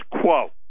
quo